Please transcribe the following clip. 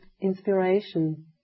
inspiration